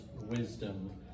wisdom